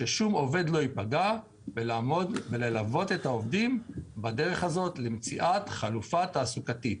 ששום עובד לא ייפגע וללוות את העובדים בדרך למציאת חלופה תעסוקתית.